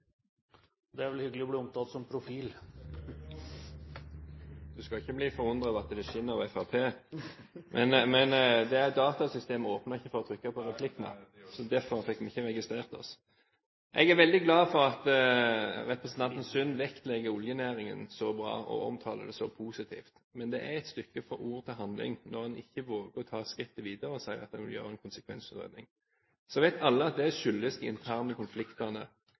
er vel hyggelig å bli omtalt som profil. En skal ikke bli forundret over at det skinner av Fremskrittspartiet. Men datasystemet åpnet ikke for å trykke på replikknappen, så derfor fikk vi ikke registrert oss. Jeg er veldig glad for at representanten Sund vektlegger oljenæringen så bra, og omtaler den så positivt. Men det er et stykke fra ord til handling når en ikke våger å ta skrittet videre, og si at en vil foreta en konsekvensutredning. Alle vet at dette skyldes de interne konfliktene